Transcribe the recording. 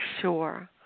sure